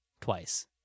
twice